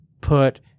put